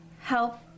help